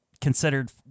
considered